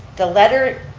the letter,